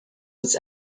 this